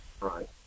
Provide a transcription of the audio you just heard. Right